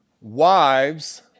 Wives